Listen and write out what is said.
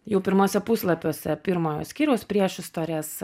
jau pirmuose puslapiuose pirmojo skyriaus priešistorės